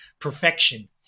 perfection